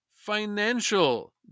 financial